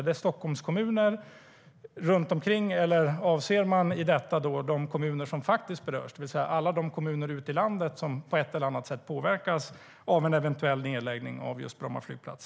Är det kommuner runt omkring Stockholm, eller avses de kommuner som faktiskt berörs, det vill säga alla kommuner ute i landet som på ett eller annat sätt påverkas av en eventuell nedläggning av Bromma flygplats?